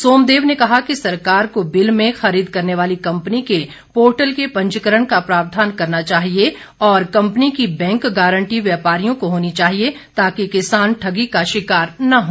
सोमदेव ने कहा कि सरकार को बिल में खरीद करने वाली कंपनी के पोर्टल के पंजीकरण का प्रावधान करना चाहिए और कंपनी की बैंक गारंटी व्यपारियों की होनी चाहिए ताकि किसान ठगी का शिकार न हो